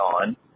on